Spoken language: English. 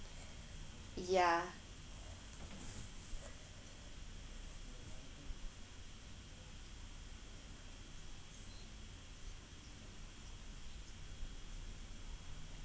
ya